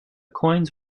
coins